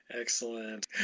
Excellent